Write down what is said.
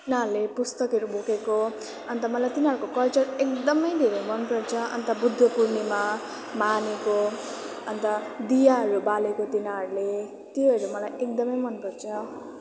तिनीहरूले पुस्तकहरू बोकेको अन्त मलाई तिनीहरूको कल्चर एकदमै धेरै मनपर्छ अन्त बुद्धपूर्णिमा मानेको अन्त दियाहरू बालेको तिनीहरूले त्योहरू मलाई एकदमै मनपर्छ